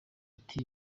ati